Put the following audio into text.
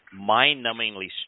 mind-numbingly